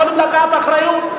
יכולים לקחת אחריות,